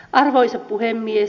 arvoisa puhemies